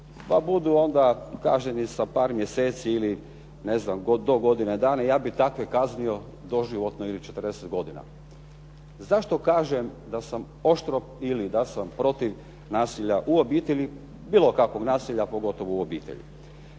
budu onda kažnjeni sa par mjeseci ili ne znam do godine dana. Ja bih takve kaznio doživotno ili 40 godina. Zašto kažem da sam oštro ili da sam protiv nasilja u obitelji, bilo kakvog nasilja, pogotovo u obitelji